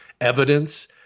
evidence